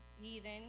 heathen